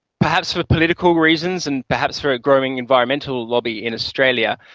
perhaps for political reasons and perhaps for a growing environmental lobby in australia,